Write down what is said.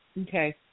Okay